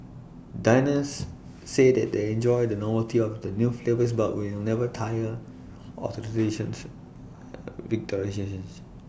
diners say that they enjoy the novelty of the new flavours but will never tire of the relations